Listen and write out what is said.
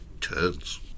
turns